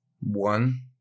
one